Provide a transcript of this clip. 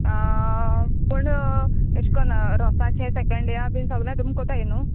पूण येशकोन रोसाचें सेकेंड डेया बी सोगळें तुमी कोत्ताय न्हू